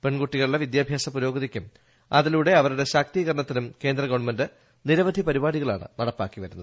പെൺകുട്ടികളുടെ വിദ്യാഭ്യാസ പുരോഗതിക്കും അതിലൂടെ അവരുടെ ശാക്തീകരണത്തിനും കേന്ദ്ര ഗവൺമെന്റ് നിരവധി പരിപാടികളാണ് നടപ്പാക്കിവരുന്നത്